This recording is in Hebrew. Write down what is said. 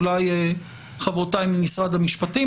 אולי חברותיי ממשרד המשפטים